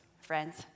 friends